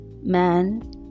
man